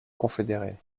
confédérée